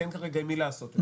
כי אין כרגע עם מי לעשות את זה.